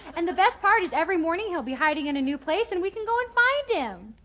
and the best part is every morning he'll be hiding in a new place and we can go and find him.